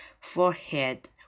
forehead